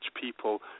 people